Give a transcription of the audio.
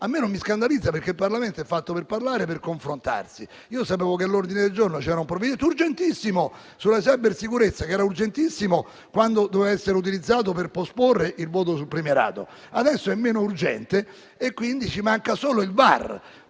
ma non mi scandalizza, perché il Parlamento è fatto per parlare e per confrontarsi. Sapevo però che all'ordine del giorno c'era un provvedimento urgentissimo sulla cybersicurezza: era urgentissimo quando doveva essere utilizzato per posporre il voto sul premierato; adesso è meno urgente. Ci manca solo il VAR